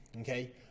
okay